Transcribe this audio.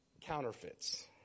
counterfeits